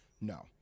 No